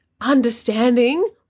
understanding